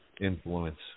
influence